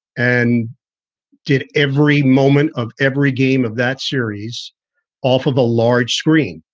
and did every moment of every game of that series off of a large screen.